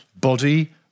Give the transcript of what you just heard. Body